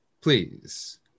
Please